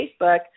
Facebook